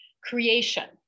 creation